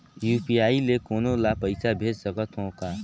UPI ले कोनो ला पइसा भेज सकत हों का?